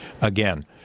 again